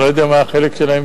אני לא יודע מה החלק שלהם,